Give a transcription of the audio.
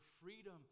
freedom